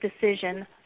decision